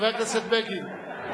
חבר הכנסת בגין,